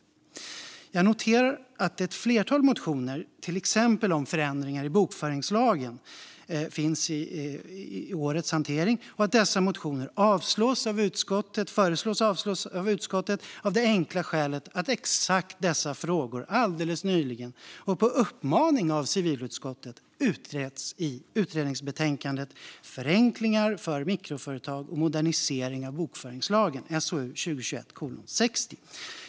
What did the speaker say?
Jag noterar att ett flertal motioner om exempelvis förändringar i bokföringslagen finns i årets hantering och att dessa motioner avstyrks av utskottet av det enkla skälet att exakt dessa frågor alldeles nyligen och på uppmaning av civilutskottet utretts i utredningsbetänkandet Förenklingar för mikroföretag och modernisering av bokföringslagen .